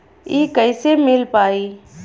इ कईसे मिल पाई?